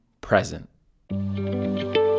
Present